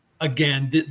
again